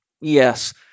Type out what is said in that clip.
Yes